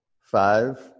Five